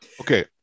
Okay